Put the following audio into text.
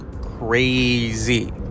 crazy